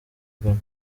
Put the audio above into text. ghana